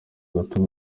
gato